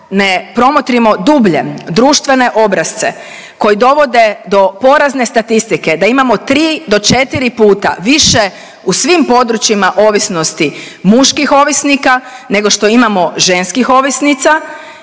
ne promotrimo dublje društvene obrasce koji dovode do porazne statistike da imamo tri do četiri puta više u svim područjima ovisnosti muških ovisnika nego što imamo ženskih ovisnica